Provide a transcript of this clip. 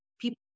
people